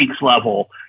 level